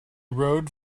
rode